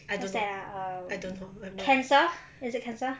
what's that ah err cancer is it cancer